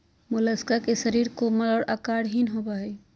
Mollusca के शरीर कोमल और आकारहीन होबय हइ